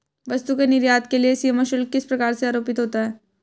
वस्तु के निर्यात के लिए सीमा शुल्क किस प्रकार से आरोपित होता है?